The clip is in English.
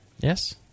Yes